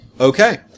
Okay